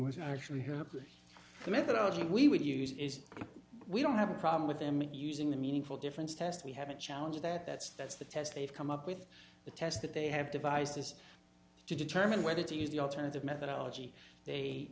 was actually happening the methodology we would use is we don't have a problem with them using the meaningful difference test we have a challenge that that's that's the test they've come up with the test that they have devised is to determine whether to use the alternative methodology they